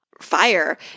fire